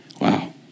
Wow